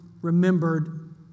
remembered